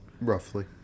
Roughly